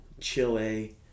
Chile